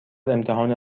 امتحان